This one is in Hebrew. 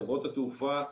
חברות התעופה,